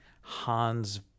Hans